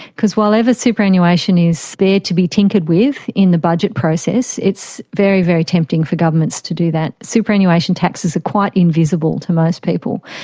because while ever superannuation is there to be tinkered with in the budget process, it's very, very tempting for governments to do that. superannuation tax is quite invisible to most people,